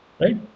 right